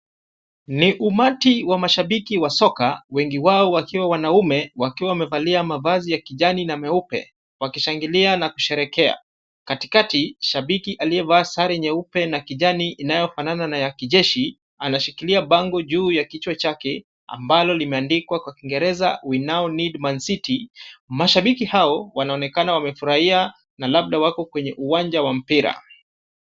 Ni umati wa mashabiki wa soka, wengi wao wakiwa wanaume wakiwa wamevalia mavazi ya kijani na meupe wakishangilia na kusherehekea. Katikati, shabiki aliyevaa sare nyeupe na kijani inayofanana na ya kijeshi, anashikilia bango juu ya kichwa chake ambalo limeandikwa kwa kiingereza we now need Mancity . Mashabiki hao wanaonekana wamefurahia na labda wako kwenye uwanja wa mpira.